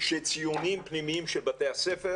שמשרד החינוך לוקח ציונים פנימיים של בתי הספר...